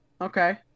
okay